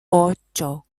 ocho